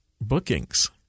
bookings